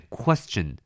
question